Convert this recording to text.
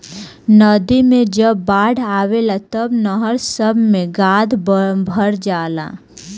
नदी मे जब बाढ़ आवेला तब नहर सभ मे गाद भर जाला